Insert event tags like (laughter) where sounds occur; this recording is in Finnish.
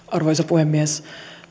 (unintelligible) arvoisa puhemies